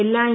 എല്ലാ എം